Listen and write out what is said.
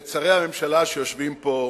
אני שואל אותך ואת שרי הממשלה שיושבים פה: